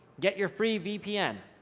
get your free vpn.